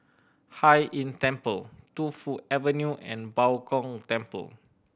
Hai Inn Temple Tu Fu Avenue and Bao Gong Temple